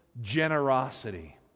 generosity